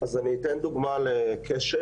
אני אתן דוגמה לכשל.